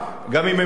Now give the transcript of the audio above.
גם אם הם טועים,